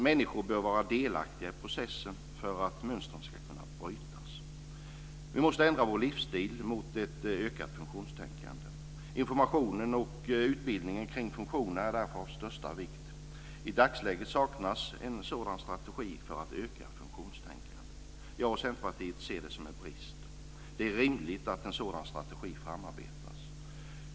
Människor bör vara delaktiga i processen för att mönstren ska kunna brytas. Vi måste ändra vår livsstil mot ett ökat funktionstänkande. Informationen och utbildningen kring funktioner är därför av största vikt. I dagsläget saknas en sådan strategi för att öka funktionstänkandet. Jag och Centerpartiet ser det som en brist. Det är rimligt att en sådan strategi framarbetas.